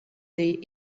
they